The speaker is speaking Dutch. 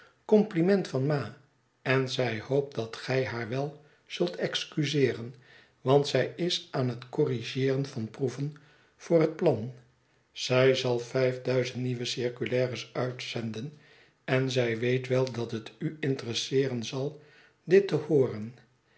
compliment van ma en zij hoopt dat gij haar wel zult excuseeren want zij is aan het corrigeeren van proeven voor het plan zij zal vijf duizend nieuwe circulaires uitzenden en zij weet wel dat het u interesseeren zal dit te hooren